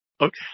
Okay